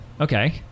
okay